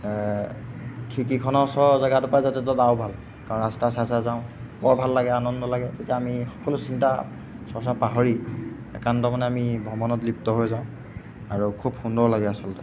খিৰিকীখনৰ ওচৰৰ জেগাতো পায় তাতেতো আৰু ভাল কাৰণ ৰাস্তা চাই চাই যাওঁ বৰ ভাল লাগে আনন্দ লাগে তেতিয়া আমি সকলো চিন্তা চৰ্চা পাহৰি একান্ত মনে আমি ভ্ৰমণত লিপ্ত হৈ যাওঁ আৰু খুব সুন্দৰ লাগে আচলতে